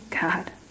God